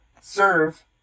serve